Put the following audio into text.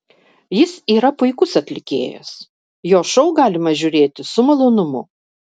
jis yra puikus atlikėjas jo šou galima žiūrėti su malonumu